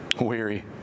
Weary